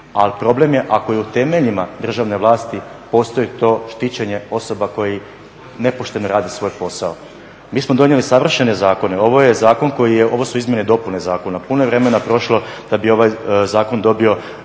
ali problem je ako je u temeljima državne vlasti postoji to štićenje osoba koje nepošteno rade svoj posao. Mi smo donijeli savršene zakone, ovo je zakon koji je, ovo su izmjene i dopune zakona, puno je vremena prošlo da bi ovaj zakon dobio